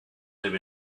live